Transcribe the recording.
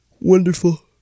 Wonderful